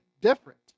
different